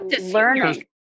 learning